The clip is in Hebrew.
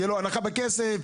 תהיה לו הנחה בכסף,